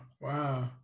Wow